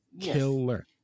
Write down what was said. Killer